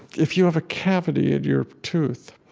if you have a cavity in your tooth,